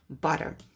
butter